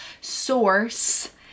source